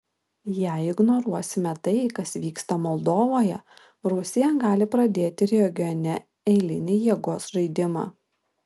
jei ignoruosime tai kas vyksta moldovoje rusija gali pradėti regione eilinį jėgos žaidimą